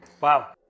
Wow